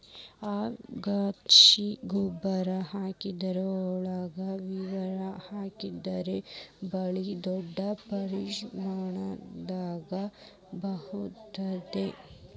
ಶಗಣಿ ಗೊಬ್ಬ್ರಾ ಹಾಕಿದ ಹೊಲಕ್ಕ ಅವ್ರಿ ಹಾಕಿದ್ರ ಬಳ್ಳಿ ದೊಡ್ಡ ಪ್ರಮಾಣದಾಗ ಹಬ್ಬತೈತಿ